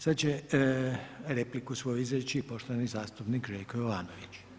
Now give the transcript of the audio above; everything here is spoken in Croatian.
Sada će repliku svoju izreći poštovani zastupnik Željko Jovanović.